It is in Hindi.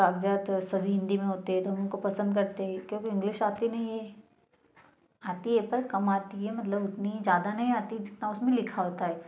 कागज़ात सभी हिंदी में होते हैं तो उनको पसंद करते हैं क्योंकि इंग्लिश आती नहीं है आती हैं पर कम आती मतलब उतनी ज़्यादा नहीं आती है जितना उसमें लिखा होता है